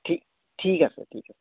ঠিক ঠিক আছে